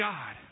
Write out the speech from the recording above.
God